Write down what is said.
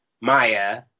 Maya